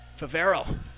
Favero